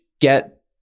get